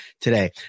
today